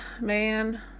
Man